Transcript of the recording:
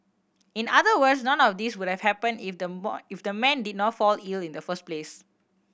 in other words none of these would have happened if the if the man did not fall ill in the first place